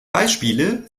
beispiele